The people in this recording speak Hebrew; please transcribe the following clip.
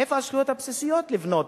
איפה הזכויות הבסיסיות לבנות